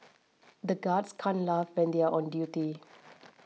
the guards can't laugh when they are on duty